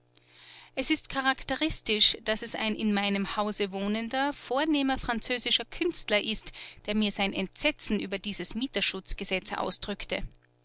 es ist charakteristisch daß es ein in meinem hause wohnender vornehmer französischer künstler ist der mir sein entsetzen über dieses mieterschutzgesetz ausdrückte